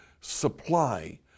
supply